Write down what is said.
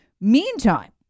Meantime